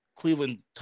Cleveland